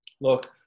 look